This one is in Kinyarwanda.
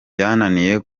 yananiye